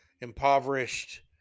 Impoverished